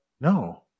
no